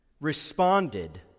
responded